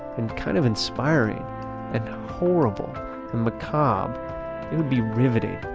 and kind of inspiring. and horrible and macabre. it would be riveting.